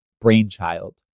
brainchild